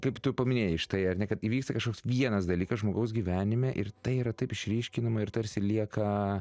kaip tu paminėjai štai ar ne kad įvyksta kažkoks vienas dalykas žmogaus gyvenime ir tai yra taip išryškinama ir tarsi lieka